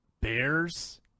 Bears